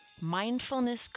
Mindfulness